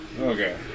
Okay